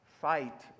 fight